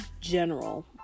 general